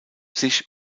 sich